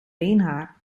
beenhaar